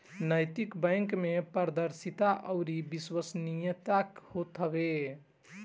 नैतिक बैंक में पारदर्शिता अउरी विश्वसनीयता होत हवे